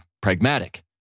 pragmatic